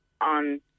on